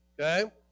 Okay